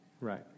Right